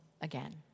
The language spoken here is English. again